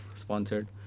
sponsored